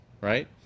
right